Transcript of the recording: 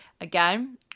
Again